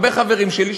הרבה חברים שלי,